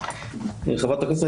חברת הכנסת,